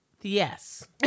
yes